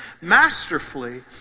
masterfully